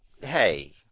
hey